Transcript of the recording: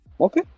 Okay